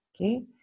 Okay